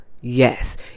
yes